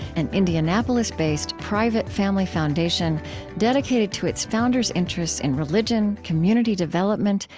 an indianapolis-based, private family foundation dedicated to its founders' interests in religion, community development,